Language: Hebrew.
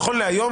נכון להיום,